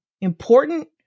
important